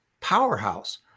powerhouse